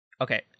okay